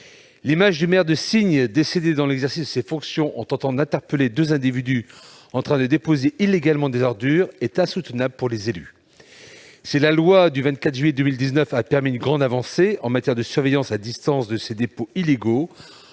L'image du maire de Signes, décédé dans l'exercice de ses fonctions, en tentant d'interpeller deux individus en train de déposer illégalement des ordures, est insoutenable pour les élus. Si la loi du 24 juillet 2019 a permis une grande avancée en matière de surveillance à distance de ces dépôts illégaux,